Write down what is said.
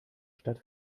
stadt